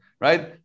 right